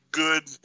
good